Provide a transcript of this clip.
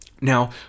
Now